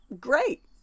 great